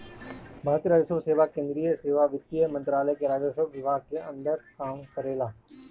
भारतीय राजस्व सेवा केंद्रीय सेवा वित्त मंत्रालय के राजस्व विभाग के अंदर काम करेला